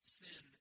sin